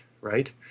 right